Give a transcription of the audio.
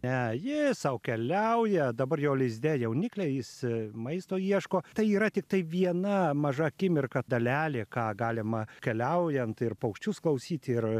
ne jis sau keliauja dabar jo lizde jaunikliai jis maisto ieško tai yra tiktai viena maža akimirka dalelė ką galima keliaujant ir paukščius klausyti ir